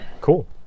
Cool